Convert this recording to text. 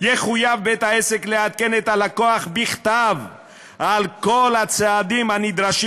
יחויב בית-העסק לעדכן את הלקוח בכתב על כל הצעדים הנדרשים